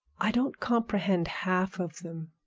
i don't comprehend half of them.